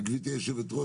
גברתי היו"ר,